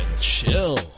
chill